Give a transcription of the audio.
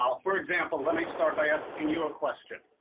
um for example let me start by asking you a question,